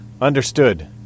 Understood